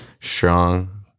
strong